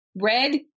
red